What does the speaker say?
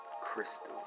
crystal